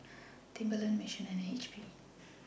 Timberland Mission and H P